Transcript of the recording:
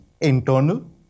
internal